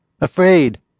Afraid